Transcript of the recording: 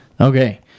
Okay